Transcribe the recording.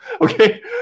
okay